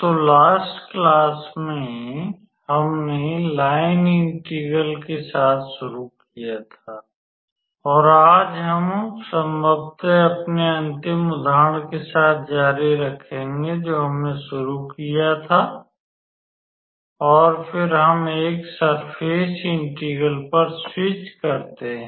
तो last class में हमने लाइन इंटीग्रल के साथ शुरू किया था और आज हम संभवतअपने अंतिम उदाहरण के साथ जारी रखेंगे जो हमने शुरू किया था और फिर हम एक सरफेस इंटीग्रल पर स्विच करते हैं